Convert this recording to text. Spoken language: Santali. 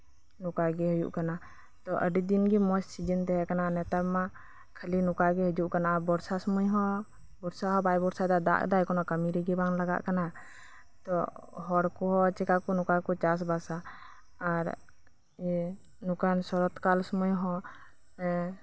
ᱱᱚᱝᱠᱟ ᱜᱮ ᱦᱩᱭᱩᱜ ᱠᱟᱱᱟ ᱛᱚ ᱟᱰᱤ ᱫᱤᱱ ᱜᱮ ᱢᱚᱸᱡ ᱥᱤᱡᱤᱱ ᱛᱟᱦᱮᱸ ᱠᱟᱱᱟ ᱟᱨ ᱱᱮᱛᱟᱨ ᱢᱟ ᱠᱷᱟᱞᱤ ᱜᱮ ᱱᱚᱝᱠᱟ ᱜᱮ ᱦᱤᱡᱩᱜ ᱠᱟᱱᱟ ᱵᱚᱨᱥᱟ ᱥᱚᱢᱚᱭ ᱫᱚ ᱵᱚᱨᱥᱟ ᱦᱚᱸ ᱵᱟᱭ ᱵᱚᱨᱥᱟᱭᱮᱫᱟ ᱟᱨ ᱫᱟᱜ ᱮᱫᱟᱭ ᱠᱳᱱᱳ ᱠᱟᱢᱤ ᱨᱮᱜᱮ ᱵᱟᱝ ᱞᱟᱜᱟᱜ ᱠᱟᱱᱟ ᱛᱚ ᱦᱚᱲ ᱠᱚᱦᱚᱸ ᱪᱮᱠᱟ ᱠᱚ ᱱᱚᱝᱠᱟ ᱠᱚ ᱪᱟᱥᱵᱟᱥᱟ ᱟᱨ ᱤᱭᱟᱹ ᱱᱚᱝᱠᱟᱱ ᱥᱚᱨᱚᱛ ᱠᱟᱞ ᱥᱚᱢᱚᱭ ᱦᱚᱸ